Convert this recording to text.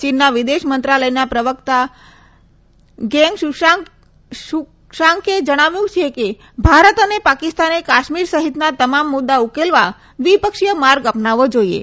ચીનના વિદેશ મંત્રાલયના પ્રવક્તા ગેંગ શુષાંકે જણાવ્યું છે કે ભારત અને પાકિસ્તાને કાશ્મીર સહિતના તમામ મુદ્દા ઉકેલવા દ્વિપક્ષીય માર્ગ અપનાવવો જોઈએ